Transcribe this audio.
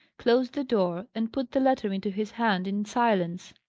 closed the door, and put the letter into his hand in silence.